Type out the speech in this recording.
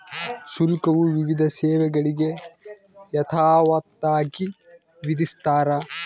ಶುಲ್ಕವು ವಿವಿಧ ಸೇವೆಗಳಿಗೆ ಯಥಾವತ್ತಾಗಿ ವಿಧಿಸ್ತಾರ